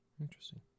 interesting